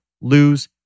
lose